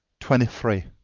twenty three.